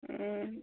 অঁ